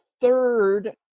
third